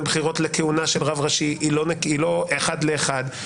בחירות לכהונה של רב ראשי היא לא אחד לאחד.